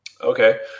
Okay